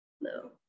no